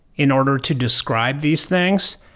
in order to describe these things.